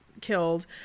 killed